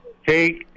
Hey